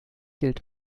gilt